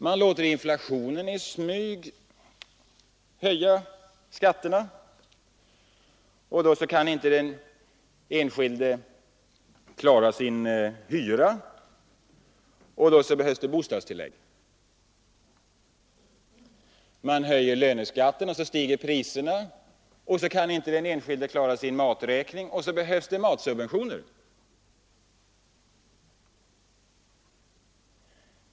Man låter inflationen i smyg höja skatterna, då kan inte den enskilde klara sin hyra och då behövs det bostadstillägg. Man höjer löneskatten och priserna stiger, och då kan den enskilde inte klara sin maträkning utan det behövs matsubventioner.